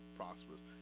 prosperous